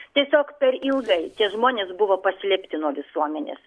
tiesiog per ilgai tie žmonės buvo paslėpti nuo visuomenės